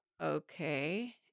okay